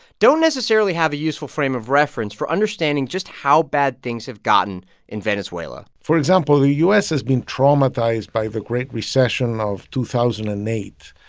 don't necessarily have a useful frame of reference for understanding just how bad things have gotten in venezuela for example, the u s. has been traumatized by the great recession of two thousand and eight,